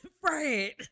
Fred